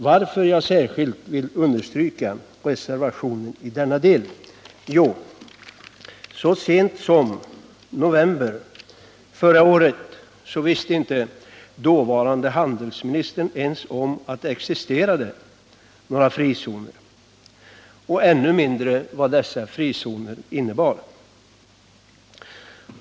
Varför vill jag då särskilt understryka reservationen i denna del? Jo, så sent som i november förra året visste inte dåvarande handelsministern ens om att det existerade några frizoner, än mindre vad dessa frizoner innebar.